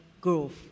growth